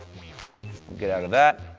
get out of that.